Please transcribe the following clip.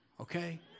okay